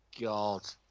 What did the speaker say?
God